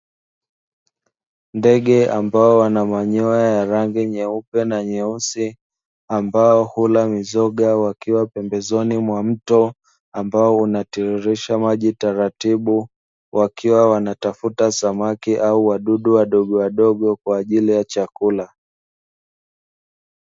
Ndege ambao wana manyoya ya rangi nyeupe na nyeusi ambao hula mizoga wakiwa pembezoni mwa mto ambao unatiririsha maji taratibu, wakiwa wanatafuta samaki au wadudu wadogowadogo kwa ajili ya chakula.